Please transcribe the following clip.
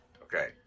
Okay